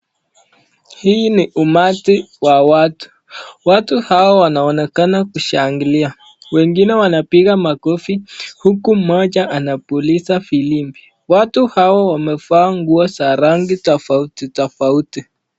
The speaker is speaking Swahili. Hii ni umati wa watu watu hawa wanaonekana kushangilia wengine wanapiga makofi huku moja anapuliza firimbi watu hawa wamevaa nguo za rangi tofauti tofauti.